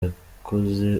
yakoze